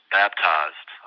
baptized